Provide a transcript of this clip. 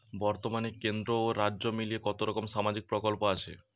বতর্মানে কেন্দ্র ও রাজ্য মিলিয়ে কতরকম সামাজিক প্রকল্প আছে?